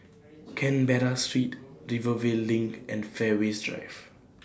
Canberra Street Rivervale LINK and Fairways Drive